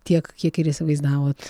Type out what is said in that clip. tiek kiek ir įsivaizdavot